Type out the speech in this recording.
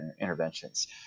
interventions